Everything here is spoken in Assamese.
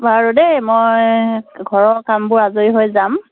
বাৰু দেই মই ঘৰৰ কামবোৰ আজৰি হৈ যাম